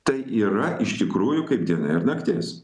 tai yra iš tikrųjų kaip diena ir naktis